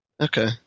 Okay